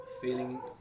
feeling